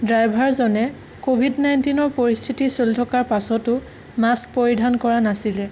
ড্ৰাইভাৰজনে ক'ভিদ নাইণ্টিনৰ পৰিস্থিতি চলি থকাৰ পাছতো মাস্ক পৰিধান কৰা নাছিলে